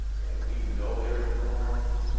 and we know they're in the wrong,